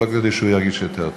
ולא כדי שהוא ירגיש יותר טוב.